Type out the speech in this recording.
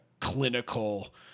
clinical